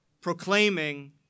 proclaiming